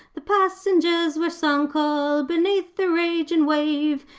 the passengers were sunk all beneath the ragin' wave,